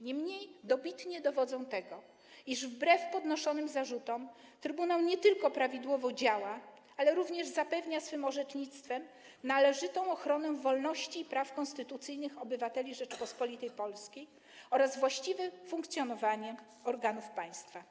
Niemniej dobitnie dowodzą one tego, iż wbrew podnoszonym zarzutom trybunał nie tylko prawidłowo działa, ale również zapewnia swym orzecznictwem należytą ochronę wolności i praw konstytucyjnych obywateli Rzeczypospolitej Polskiej oraz właściwe funkcjonowanie organów państwa.